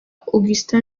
augustin